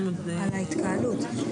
על ההתקהלות.